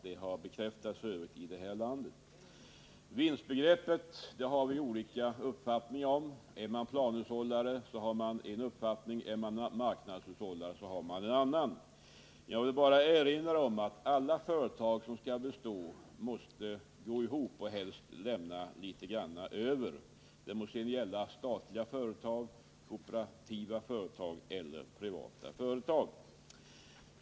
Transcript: Det har f. ö. i skilda sammanhang bekräftats här i Sverige. Vinstbegreppet har vi olika uppfattningar om. Är man planhushållare har man en uppfattning, är man marknadshushållare har man en annan. Jag vill bara erinra om att alla företag som skall bestå måste gå ihop och helst lämna överskott — det må sedan gälla statliga, kooperativa eller privata företag.